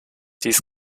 dies